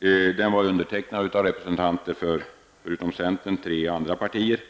som är undertecknad av representanter från, förutom centern, tre andra partier.